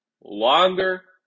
longer